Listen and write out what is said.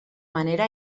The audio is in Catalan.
manera